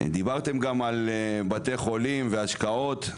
דיברתם גם על בתי חולים והשקעות,